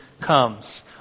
comes